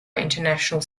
international